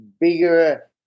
bigger